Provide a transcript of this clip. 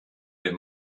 dem